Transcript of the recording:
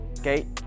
okay